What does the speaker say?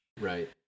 Right